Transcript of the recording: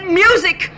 music